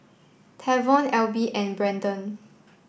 Tavon Alby and Brandon